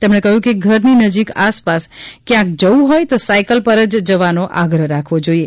તેમણે કહ્યું કે ઘરની નજીક આસપાસ ક્યાંક જવું હોય તો સાયકલ પર જ જવાનો આગ્રહ રાખવો જાઈએ